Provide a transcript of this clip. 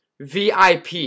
VIP